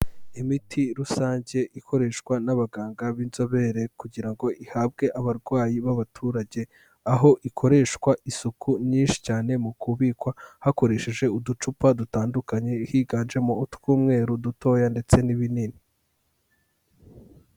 Imiti rusange ikoreshwa n'abaganga b'inzobere kugira ngo ihabwe abarwayi b'abaturage aho ikoreshwa isuku nyinshi cyane mu kubikwa hakoresheje uducupa dutandukanye higanjemo utw'umweru dutoya ndetse n'ibinini.